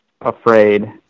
afraid